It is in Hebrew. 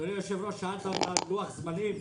אדוני היושב-ראש, שאלת אותה על לוח זמנים.